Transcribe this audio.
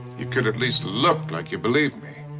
you could at least look like you believe me.